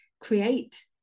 create